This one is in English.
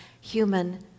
human